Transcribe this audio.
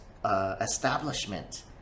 Establishment